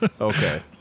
Okay